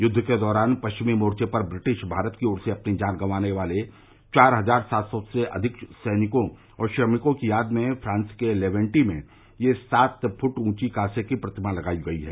युद्द के दौरान पश्किमी मोर्चे पर ब्रिटिश भारत की ओर से अपनी जान गवाने वाले चार हजार सात सौ से अधिक सैनिकों और श्रमिकों की याद में फ्रांस के लेवेन्टी में यह सात फूट ऊंची कांसे की प्रतिमा लगाई गई है